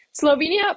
Slovenia